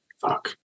Fuck